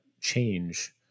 change